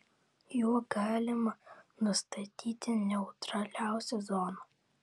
juo galima nustatyti neutraliausią zoną